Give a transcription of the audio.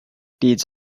deeds